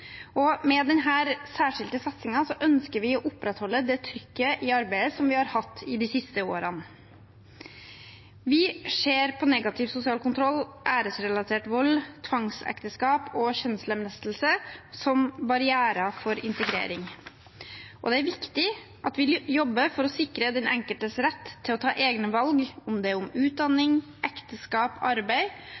Med denne særskilte satsingen ønsker vi å opprettholde trykket i arbeidet som vi har hatt de siste årene. Vi ser negativ sosial kontroll, æresrelatert vold, tvangsekteskap og kjønnslemlestelse som barrierer for integrering. Det er viktig at vi jobber for å sikre den enkeltes rett til å ta egne valg om utdanning, ekteskap og arbeid,